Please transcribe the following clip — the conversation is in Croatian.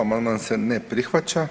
Amandman se ne prihvaća.